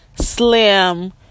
slim